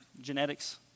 genetics